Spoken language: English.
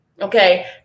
Okay